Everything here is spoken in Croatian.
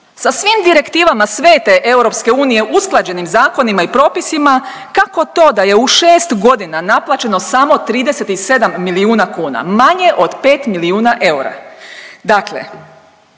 sa svim direktivama svete EU usklađenim zakonima i propisima, kako to da je u 6.g. naplaćeno samo 37 milijuna kuna, manje od 5 milijuna eura?